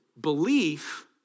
belief